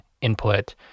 input